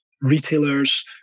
Retailers